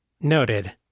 Noted